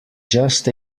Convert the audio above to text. just